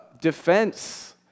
defense